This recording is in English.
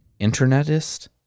internetist